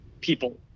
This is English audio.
people